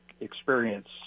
experience